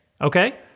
okay